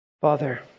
Father